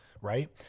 right